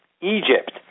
Egypt